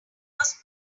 was